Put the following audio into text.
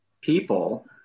people